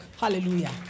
hallelujah